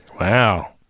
Wow